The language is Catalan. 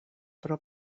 però